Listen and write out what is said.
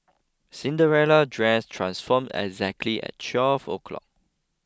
Cinderella dress transformed exactly at twelve o'clock